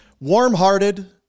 warm-hearted